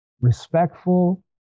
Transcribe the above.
respectful